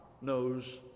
knows